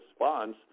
response